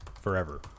forever